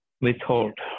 withhold